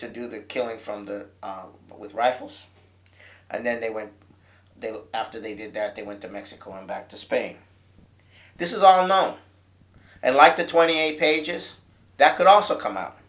to do the killing from the boy with rifles and then they went they look after they did that they went to mexico and back to spain this is are now like the twenty eight pages that could also come out